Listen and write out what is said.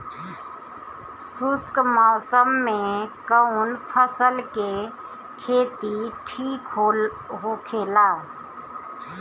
शुष्क मौसम में कउन फसल के खेती ठीक होखेला?